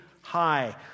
high